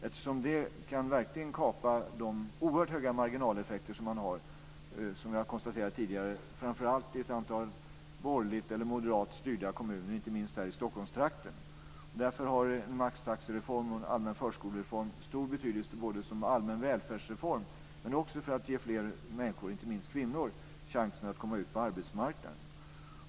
Detta kan ju verkligen kapa de oerhört höga marginaleffekter man har, såsom vi har konstaterat tidigare, i framför allt ett antal borgerligt eller moderat styrda kommuner, inte minst här i Stockholmstrakten. Därför har en maxtaxereform och en allmän förskolereform stor betydelse, både som allmän välfärdsreform och också för att ge fler människor, inte minst kvinnor, chansen att komma ut på arbetsmarknaden.